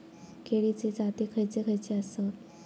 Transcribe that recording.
केळीचे जाती खयचे खयचे आसत?